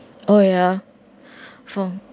oh ya for